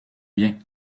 bien